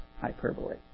hyperbole